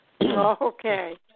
Okay